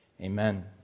amen